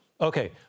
Okay